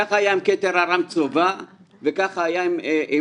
כך היה עם כתר ארם צובא וכך היה עם